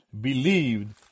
believed